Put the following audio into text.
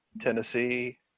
Tennessee